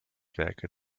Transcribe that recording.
werke